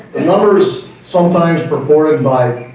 numbers sometimes reported by,